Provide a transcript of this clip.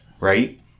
Right